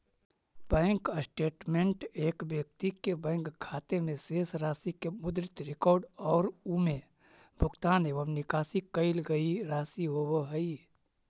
bank statement एक व्यक्ति के बैंक खाते में शेष राशि के मुद्रित रिकॉर्ड और उमें भुगतान एवं निकाशी कईल गई राशि होव हइ